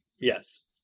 Yes